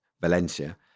Valencia